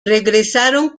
regresaron